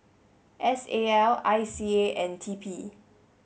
S A L I C A and T P